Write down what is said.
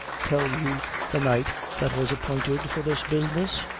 tell you the night that was appointed for this business?